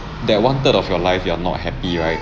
that one-third of your life you are not happy right